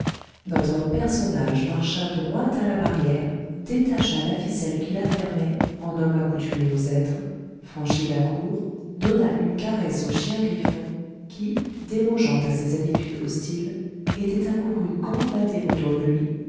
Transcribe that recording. notre personnage marcha droit à la barrière détacha la ficelle qui la fermait en homme accoutumé aux êtres franchit la cour donna une caresse au chien griffon qui dérogeant à ses habitudes hostiles était accouru gambader autour de lui